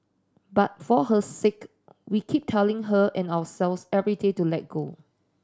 but for her sake we keep telling her and ourselves every day to let go